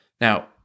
Now